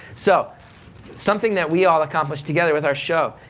so something that we all accomplished together with our show,